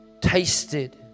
tasted